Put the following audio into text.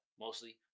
mostly